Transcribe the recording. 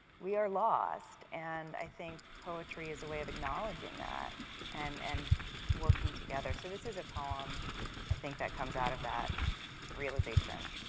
we are lost and i think poetry is a way of acknowledging that and and working together. so this is a poem i think that comes out of that realization.